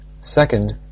Second